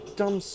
dumb